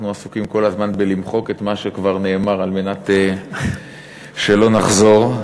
אנחנו עסוקים כל הזמן בלמחוק את מה שכבר נאמר על מנת שלא נחזור.